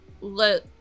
let